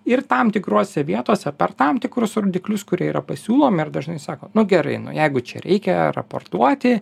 ir tam tikrose vietose per tam tikrus rodiklius kurie yra pasiūlomi ir dažnai sako nu gerai nu jeigu čia reikia raportuoti